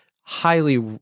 highly